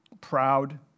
proud